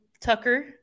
Tucker